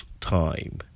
time